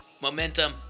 Momentum